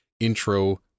intro